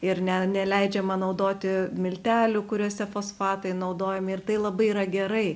ir ne neleidžiama naudoti miltelių kuriuose fosfatai naudojami ir tai labai yra gerai